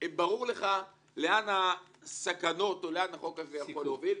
ברור לך לאן הסכנות או לאן החוק הזה יכול להוביל.